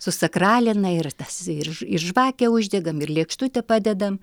susakralina ir tas ir ir žvakę uždegam ir lėkštutę padedam